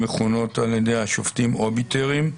המכונות ע"י השופטים אוביטרים: